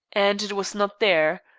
and it was not there.